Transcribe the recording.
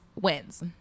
wins